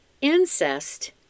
incest